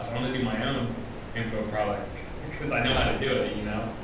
i'm going to do my own info product because i know how to do it, you know?